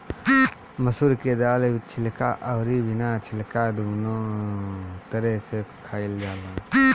मसूर के दाल छिलका अउरी बिना छिलका दूनो तरह से खाइल जाला